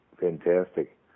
fantastic